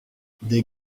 des